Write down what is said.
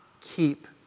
keep